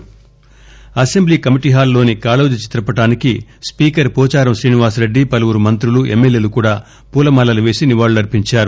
add Kaloji assembly committee hall లోని కాళోజీ చిత్రపటానికి speaker Pocharam Srinivas Reddy పలువురు మంత్రులు ఎమ్మెల్యేలు కూడా పూలమాల పేసి నివాళులర్సించారు